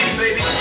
baby